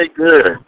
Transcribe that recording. good